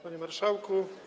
Panie Marszałku!